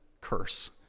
curse